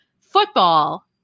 Football